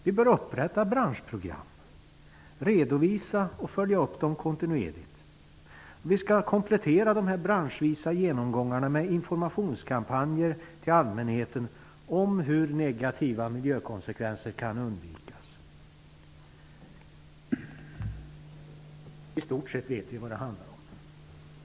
Vi bör upprätta branschprogram och redovisa och följa upp dem kontinuerligt. Vi skall komplettera dessa branschvisa genomgångar med informationskampanjer till allmänheten om hur negativa miljökonsekvenser kan undvikas. I stort sett vet vi vad det handlar om.